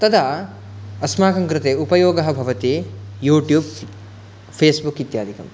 तदा अस्माकङ्कृते उपयोगः भवति यूट्यूब् फ़ेस्बुक् इत्यादिकं